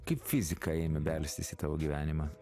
kaip fizika ėmė belstis į tavo gyvenimą